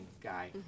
guy